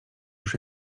już